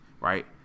right